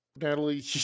Natalie